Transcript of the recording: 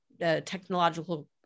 technological